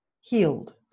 healed